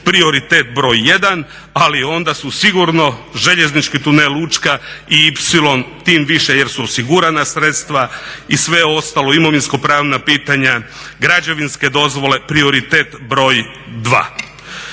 prioritet br. 1. ali onda su sigurno željeznički tunel Učka i ipsilon tim više jer su osigurana sredstva i sve ostalo imovinsko pravna pitanja, građevinske dozvole prioritet broj 2.